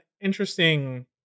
interesting